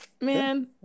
Man